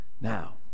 Now